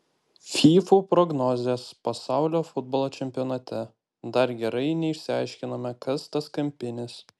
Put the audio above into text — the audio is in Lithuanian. fyfų prognozės pasaulio futbolo čempionate dar gerai neišsiaiškinome kas tas kampinis